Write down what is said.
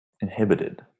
inhibited